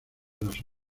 las